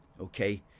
okay